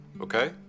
okay